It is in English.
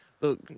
look